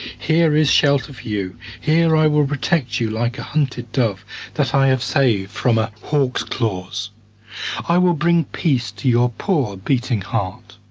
here is shelter for you here i will protect you like a hunted dove that i have saved from a hawk's claws i will bring peace to your poor beating heart.